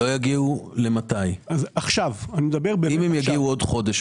מה יקרה אם הן יגיעו בעוד חודש?